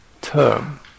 term